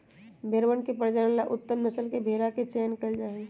भेंड़वन के प्रजनन ला उत्तम नस्ल के भेंड़ा के चयन कइल जाहई